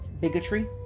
bigotry